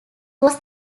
was